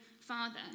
Father